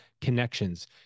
connections